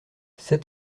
sept